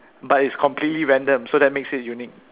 but its completely random so that makes it completely unique